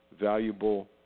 valuable